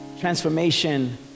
Transformation